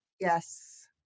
Yes